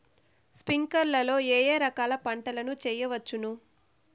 స్ప్రింక్లర్లు లో ఏ ఏ రకాల పంటల ను చేయవచ్చును?